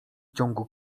ciągu